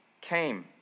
came